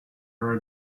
her